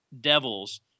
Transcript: Devils